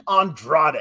andrade